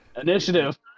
Initiative